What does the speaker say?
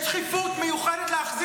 יש דחיפות מיוחדת להחזיר אותם עכשיו.